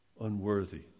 unworthy